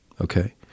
Okay